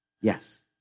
Yes